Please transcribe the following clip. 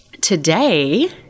Today